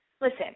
Listen